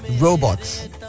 Robots